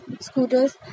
Scooters